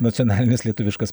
nacionalinis lietuviškas